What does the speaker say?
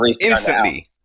instantly